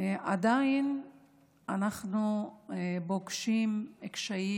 עדיין אנחנו פוגשים קשיים,